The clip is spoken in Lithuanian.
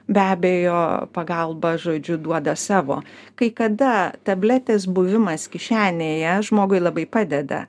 be abejo pagalba žodžiu duoda savo kai kada tabletės buvimas kišenėje žmogui labai padeda